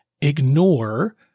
ignore